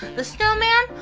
the snowman,